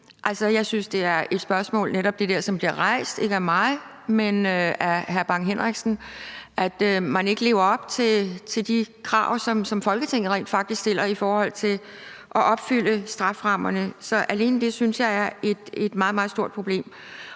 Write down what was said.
Jeg synes, at det, hvad angår det spørgsmål, der bliver rejst, ikke af mig, men af hr. Preben Bang Henriksen, om, at man ikke lever op til de krav, som Folketinget rent faktisk stiller i forhold til at opfylde strafferammerne, er et meget, meget stort problem.